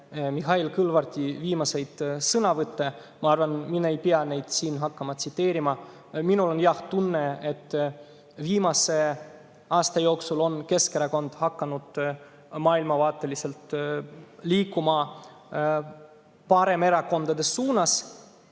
Mihhail Kõlvarti viimaseid sõnavõtte. Ma arvan, et mina ei pea hakkama neid siin tsiteerima. Minul on, jah, tunne, et viimase aasta jooksul on Keskerakond hakanud maailmavaateliselt liikuma paremerakondade suunas.